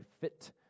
fit